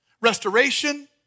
restoration